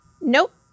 Nope